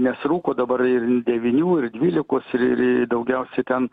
nes rūko dabar ir devynių ir dvylikos ir ir daugiausia ten